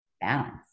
balance